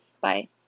Bye